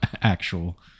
actual